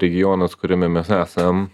regionas kuriame mes esam